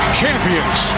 champions